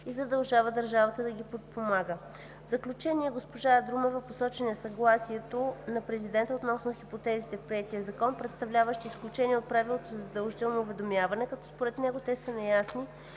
и задължава държавата да ги подпомага. В заключение госпожа Друмева посочи несъгласието на Президента относно хипотезите в приетия закон, представляващи изключение от правилото за задължително уведомяване, като според него те са неясни,